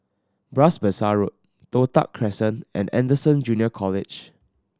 Bras Basah Road Toh Tuck Crescent and Anderson Junior College